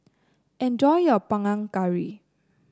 enjoy your Panang Curry